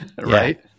right